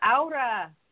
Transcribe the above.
Aura